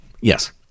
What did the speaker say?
Yes